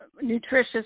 nutritious